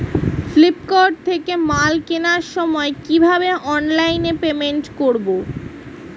Flipkart থেকে মাল কেনার সময় কিভাবে অনলাইনে পেমেন্ট করব?